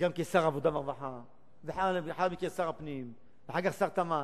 וגם כשר העבודה והרווחה ולאחר מכן כשר הפנים ואחר כך שר תמ"ת,